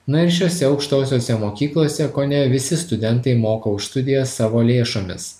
na ir šiose aukštosiose mokyklose kone visi studentai moka už studijas savo lėšomis